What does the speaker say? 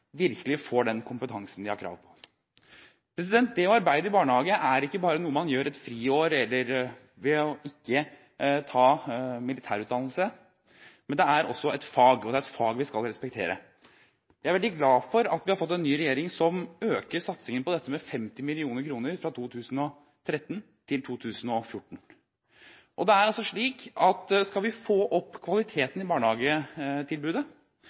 virkelig får den kompetansen de har krav på. Det å arbeide i barnehage er ikke bare noe man gjør i et friår eller ved ikke å ta militærutdannelse, men det er et fag, og det er et fag vi skal respektere. Jeg er veldig glad for at vi har fått en ny regjering som øker satsingen på dette med 50 mill. kr fra 2013 til 2014. Og skal vi få opp kvaliteten på barnehagetilbudet, må vi sørge for at de som arbeider i